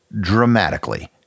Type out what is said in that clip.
Dramatically